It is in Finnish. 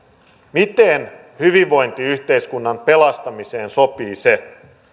miten hyvinvointiyhteiskunnan pelastamiseen sopii se